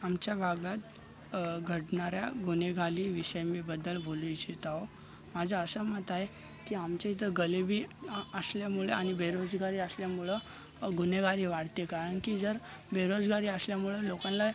आमच्या भागात घडणाऱ्या गुन्हेगारीविषयी मी बद्दल बोलू इच्छित आहे माझं असं मत आहे की आमच्या इथं गरिबी असल्यामुळे आणि बेरोजगारी असल्यामुळं गुन्हेगारी वाढते कारण की जर बेरोजगारी असल्यामुळं लोकांना